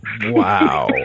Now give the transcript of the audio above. Wow